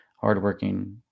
hardworking